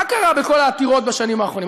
מה קרה בכל העתירות בשנים האחרונות?